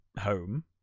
home